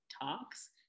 Talks